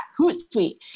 Hootsuite